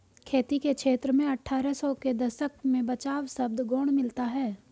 खेती के क्षेत्र में अट्ठारह सौ के दशक में बचाव शब्द गौण मिलता है